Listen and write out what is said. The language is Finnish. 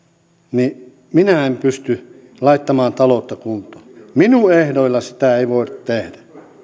minä en pysty laittamaan taloutta kuntoon minun ehdoillani sitä ei voi tehdä